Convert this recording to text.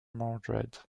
mordred